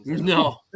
No